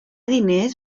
diners